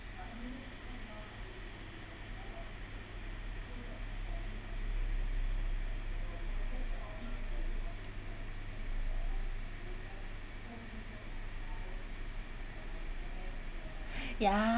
ya